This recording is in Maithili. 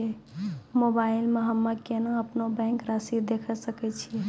मोबाइल मे हम्मय केना अपनो बैंक रासि देखय सकय छियै?